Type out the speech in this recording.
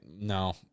no